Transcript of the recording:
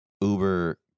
Uber